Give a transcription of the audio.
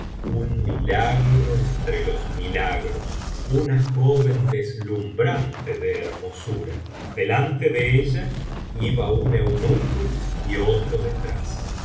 un milagro entre los milagros una joven deslumbrante de hermosura delante de ella iba un eunuco y otro detrás